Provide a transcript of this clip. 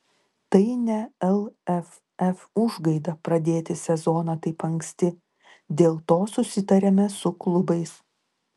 tai ne lff užgaida pradėti sezoną taip anksti dėl to susitarėme su klubais